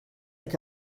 que